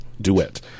Duet